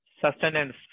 sustenance